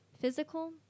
physical